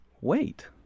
wait